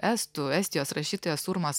estų estijos rašytojas urmas